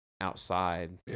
outside